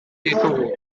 ditugu